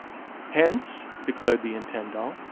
hence, declared the intendant,